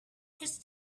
his